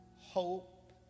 Hope